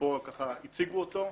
שפה ככה הציגו אותו.